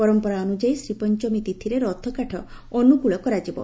ପରମ୍ମରା ଅନୁଯାୟୀ ଶ୍ରୀପଞ୍ଠମୀ ତିଥିରେ ରଥକାଠ ଅନୁକୁଳ କରାଯିବ